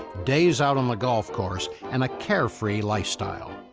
days out on the golf course and a carefree lifestyle.